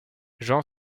jean